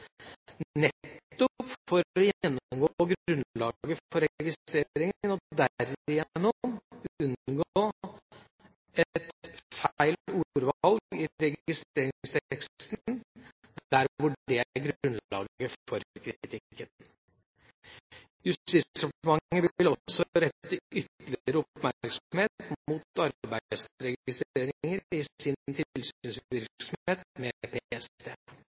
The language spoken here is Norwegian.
nettopp for å gjennomgå grunnlaget for registreringen og derigjennom unngå at feil ordvalg i registerteksten er grunnlaget for kritikken. Justisdepartementet vil også rette ytterligere oppmerksomhet mot arbeidsregistreringer i sin tilsynsvirksomhet med